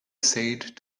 said